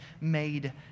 made